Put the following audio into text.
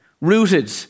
rooted